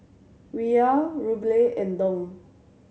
Riyal Ruble and Dong